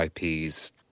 IPs